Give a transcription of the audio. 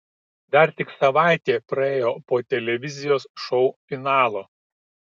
dar tik savaitė praėjo po televizijos šou finalo